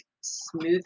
smooth